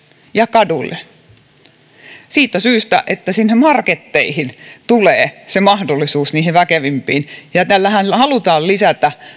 ja kaduille juotavaksi siitä syystä että sinne marketteihin tulee se mahdollisuus niihin väkevimpiin ja tällähän halutaan lisätä